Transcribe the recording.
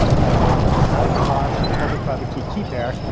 so both alice and bob have a public private key key pair,